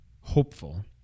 hopeful